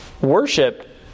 worship